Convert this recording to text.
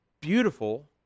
beautiful